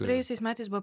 praėjusiais metais buvo